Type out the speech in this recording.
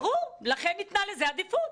ברור, לכן ניתנה לזה עדיפות.